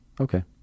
Okay